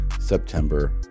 September